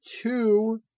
two